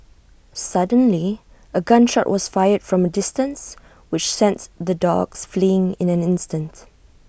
suddenly A gun shot was fired from A distance which sends the dogs fleeing in an instant